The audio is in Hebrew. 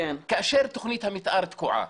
כאשר תוכנית המתאר תקועה,